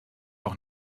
auch